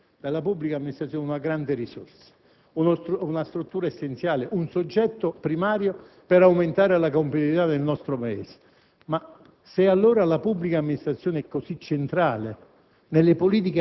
Allora i Comuni, le Province, le Regioni avrebbero dovuto segnare il cammino di una riforma del FORMEZ. Anche sul FORMEZ avevamo avuto delle garanzie che non sono state mantenute. Presidente,